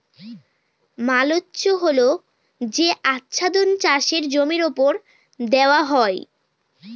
mulch হল যে আচ্ছাদন চাষের জমির ওপর দেওয়া হয়